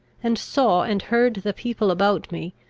and saw and heard the people about me,